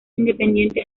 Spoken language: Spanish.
independiente